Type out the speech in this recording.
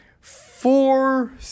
four